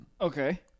Okay